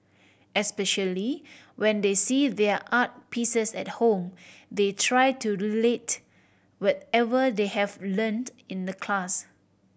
especially when they see their art pieces at home they try to relate whatever they have learnt in the class